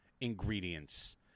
ingredients